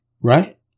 right